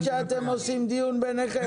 שאתם עושים דיון ביניכם.